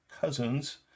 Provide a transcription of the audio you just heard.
Cousins